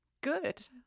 good